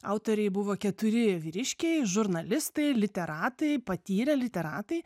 autoriai buvo keturi vyriškiai žurnalistai literatai patyrę literatai